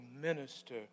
minister